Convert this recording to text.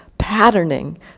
Patterning